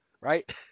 Right